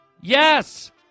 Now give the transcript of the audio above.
Yes